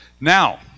Now